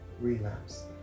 relapse